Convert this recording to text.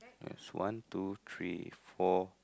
there's one two three four